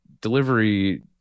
delivery